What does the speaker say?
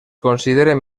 consideren